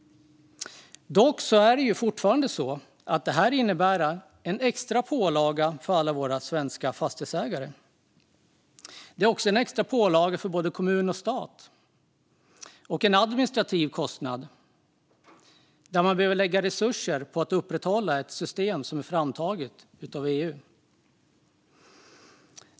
Fortfarande innebär de dock en extra pålaga för alla våra svenska fastighetsägare. Det är också en extra pålaga för både kommun och stat och en administrativ kostnad, där man behöver lägga resurser på att upprätthålla ett system som är framtaget av EU.